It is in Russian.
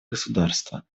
государства